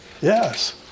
Yes